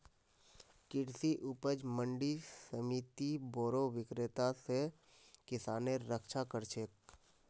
कृषि उपज मंडी समिति बोरो विक्रेता स किसानेर रक्षा कर छेक